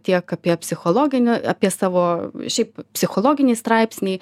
tiek apie psichologinę apie savo šiaip psichologiniai straipsniai